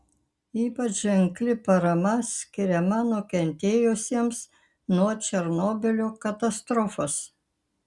ypač ženkli parama skiriama nukentėjusiems nuo černobylio katastrofos